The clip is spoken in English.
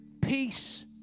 peace